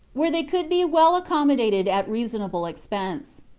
where they could be well accommodated at reason able expense.